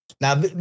Now